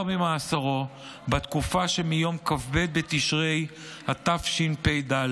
ממאסרו בתקופה שמיום כ"ב בתשרי התשפ"ד,